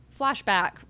flashback